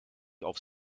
aufs